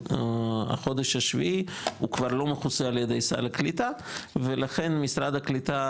החודש השביעי הוא כבר לא מכוסה על ידי סל הקליטה ולכן משרד הקליטה